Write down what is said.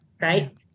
right